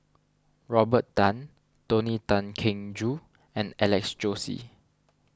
Robert Tan Tony Tan Keng Joo and Alex Josey